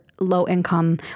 low-income